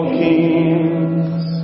kings